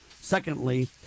Secondly